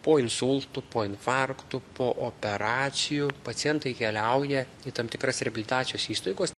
po insultų po infarktų po operacijų pacientai keliauja į tam tikras reabilitacijos įstaigos